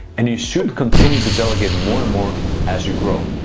and you should continue to delegate and more and more as you grow.